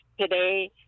today